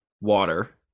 water